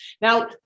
Now